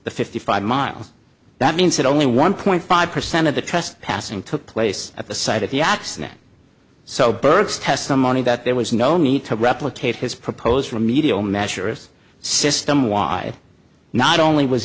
the fifty five miles that means that only one point five percent of the trust passing took place at the site of the accident so burke's testimony that there was no need to replicate his proposed remedial measure of system why not only was